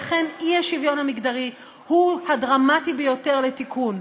לכן האי-שוויון המגדרי הוא הדרמטי ביותר לתיקון,